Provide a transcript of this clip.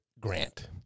grant